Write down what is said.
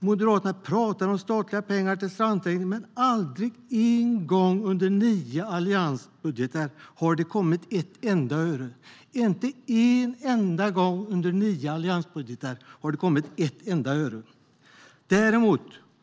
Moderaterna pratar om statliga pengar till strandstädning, men aldrig en gång under nio alliansbudgetar har det kommit ett enda öre. Däremot